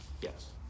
yes